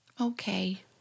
Okay